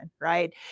right